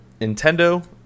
Nintendo